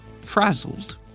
frazzled